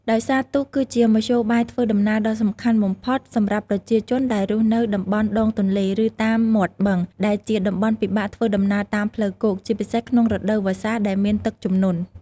ដោយសារទូក គឺជាមធ្យោបាយធ្វើដំណើរដ៏សំខាន់បំផុតសម្រាប់ប្រជាជនដែលរស់នៅតំបន់ដងទន្លេ ឬតាមមាត់បឹង ដែលជាតំបន់ពិបាកធ្វើដំណើរតាមផ្លូវគោក ជាពិសេសក្នុងរដូវវស្សាដែលមានទឹកជំនន់។